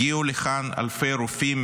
הגיעו לכאן אלפי רופאים,